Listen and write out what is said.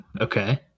okay